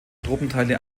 truppenteile